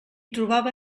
trobava